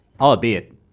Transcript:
Albeit